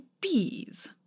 bees